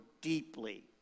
deeply